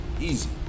easy